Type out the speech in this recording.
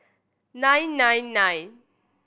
nine nine nine